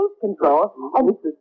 control